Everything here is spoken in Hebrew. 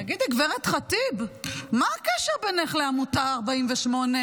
תגידי לי, גב' ח'טיב, מה הקשר בינך לבין עמותה 48?